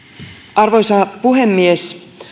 arvoisa puhemies